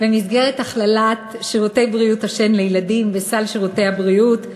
במסגרת הכללת שירותי בריאות השן לילדים בסל שירותי הבריאות,